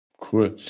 Cool